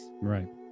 Right